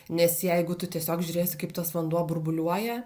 nes jeigu tu tiesiog žiūrėsi kaip tas vanduo burbuliuoja